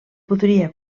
podria